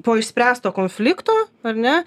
po išspręsto konflikto ar ne